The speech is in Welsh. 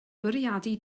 bwriadu